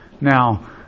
Now